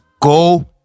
go